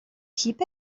keep